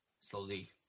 slowly